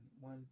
one